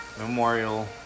memorial